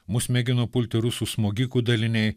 mus mėgino pulti rusų smogikų daliniai